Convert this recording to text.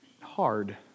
hard